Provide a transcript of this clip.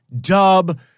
Dub